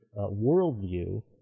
worldview